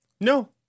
No